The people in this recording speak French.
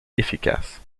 efficace